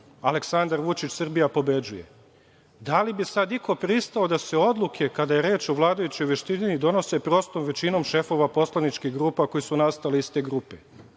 Aleksandar Vučić, Srbija pobeđuje. Da li bi sada iko pristao da se odluke, kada je reč o vladajućoj veštini donose prostom većinom šefova poslaničkih grupa koje su nastale iz te grupe?